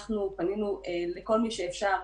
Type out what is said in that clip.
פנינו לכל מי שאפשר.